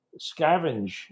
scavenge